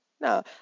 No